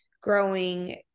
growing